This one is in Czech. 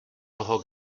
toho